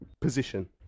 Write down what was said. position